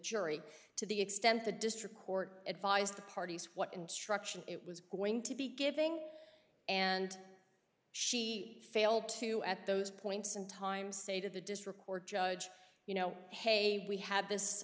jury to the extent the district court advised the parties what instruction it was going to be giving and she failed to at those points in time say to the district court judge you know hey we had this